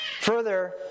Further